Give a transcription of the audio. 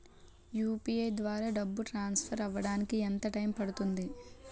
UPI ద్వారా డబ్బు transfer అవ్వడానికి ఎంత టైం పడుతుంది?